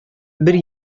бер